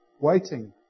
waiting